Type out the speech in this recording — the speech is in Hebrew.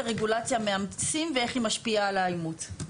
רגולציה מאמצים ואיך היא משפיעה על האימוץ.